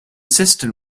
cistern